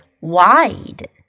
wide